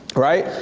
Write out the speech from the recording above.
right,